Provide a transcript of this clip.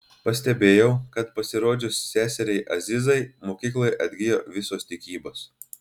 pastebėjau kad pasirodžius seseriai azizai mokykloje atgijo visos tikybos